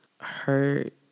hurt